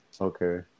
Okay